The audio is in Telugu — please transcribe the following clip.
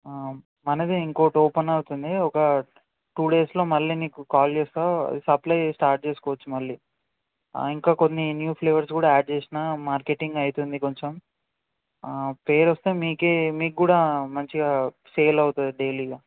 మనది ఇంకోటి ఓపెన్ అవుతుంది ఒక టూ డేస్లో మళ్ళీ నీకు కాల్ చేస్తాను సప్లై స్టార్ట్ చేసుకోవచ్చు మళ్ళీ ఇంకా కొన్ని న్యూ ఫ్లేవర్స్ కూడా యాడ్ చేసిన మార్కెటింగ్ అవుతుంది కొంచెం పేరు వస్తే మీకు మీకు కూడా మంచిగా సేల్ అవుతుంది డైలీ ఇక